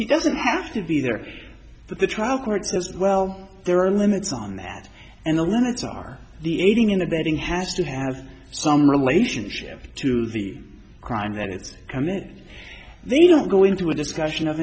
he doesn't want to be there but the trial courts as well there are limits on that and the limits are the aiding and abetting has to have some relationship to the crime that is committed they don't go into a discussion of